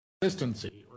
Consistency